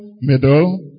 middle